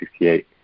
1968